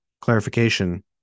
clarification